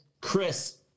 Chris